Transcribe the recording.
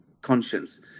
conscience